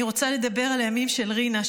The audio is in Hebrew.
אני רוצה לדבר על הימים של רינה,